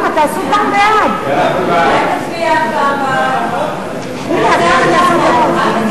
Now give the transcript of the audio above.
ההסתייגות של חברת הכנסת יוליה שמאלוב-ברקוביץ לסעיף 17 לא